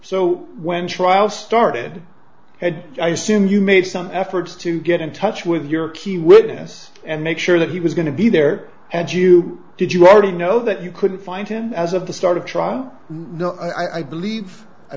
so when trial started had i assume you made some efforts to get in touch with your key witness and make sure that he was going to be there and you did you already know that you couldn't find him and as of the start of trial i believe i